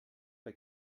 bei